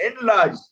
Enlarge